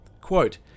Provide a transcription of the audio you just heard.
Quote